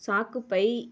சாக்குப்பை